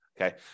Okay